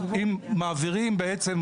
אם מעבירים בעצם,